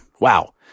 wow